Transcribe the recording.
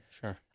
Sure